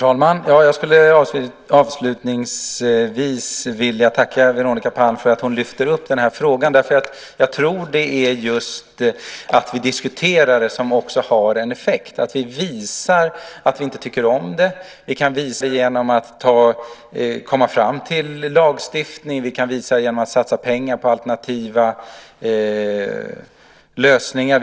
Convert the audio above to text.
Herr talman! Avslutningsvis vill jag tacka Veronica Palm för att hon lyfter upp frågan. Det är just detta att vi diskuterar den som också har en effekt. Vi måste visa att vi inte tycker om det här. Vi kan visa det genom att komma fram till lagstiftning. Vi kan visa det genom att satsa pengar på alternativa lösningar.